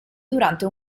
durante